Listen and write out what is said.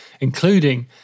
including